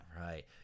right